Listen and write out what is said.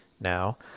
now